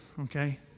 okay